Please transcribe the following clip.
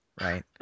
Right